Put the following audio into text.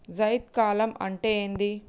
జైద్ కాలం అంటే ఏంది?